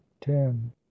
Ten